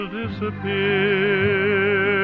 disappear